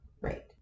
Right